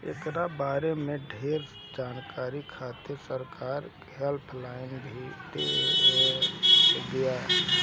एकरा बारे में ढेर जानकारी खातिर सरकार हेल्पलाइन भी देले बिया